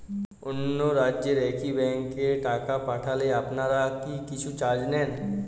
অন্য রাজ্যের একি ব্যাংক এ টাকা পাঠালে আপনারা কী কিছু চার্জ নেন?